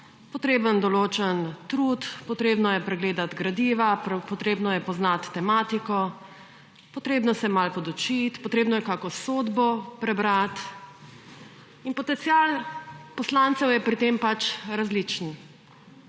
potreben določen trud, potrebno je pregledati gradiva, potrebno je poznati tematiko, potrebno se je malo podučit, potrebno je kako sodbo prebrat. In potencial poslancev je pri tem pač različen.